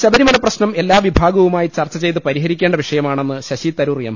ശബരിമല പ്രശ്നം എല്ലാ വിഭാഗവുമായി ചർച്ചചെയ്ത് പരിഹരിക്കേണ്ട വിഷയമാണെന്ന് ശശി തരൂർ എം